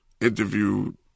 interviewed